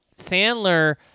sandler